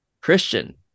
christian